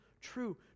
true